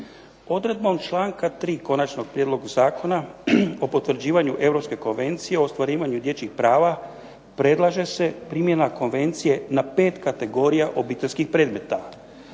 Odredbom članka 3. Konačnog prijedloga zakona o potvrđivanju Europske konvencije o ostvarivanju dječjih prava predlaže se primjena konvencije na pet kategorija obiteljskih predmeta.